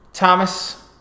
Thomas